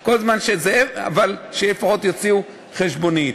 כל זמן שזה, אבל שלפחות יוציאו חשבונית.